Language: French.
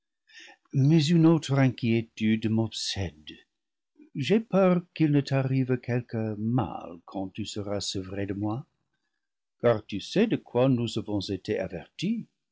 mais une autre inquiétude m'obsède j'ai peur qu'il ne t'arrive quelque mal quand tu seras sevrée de moi car tu sais de quoi nous avons été avertis